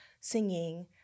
singing